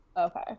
Okay